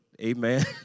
Amen